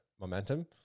momentum